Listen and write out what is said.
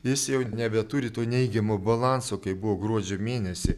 jis jau nebeturi to neigiamo balanso kaip buvo gruodžio mėnesį